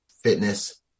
fitness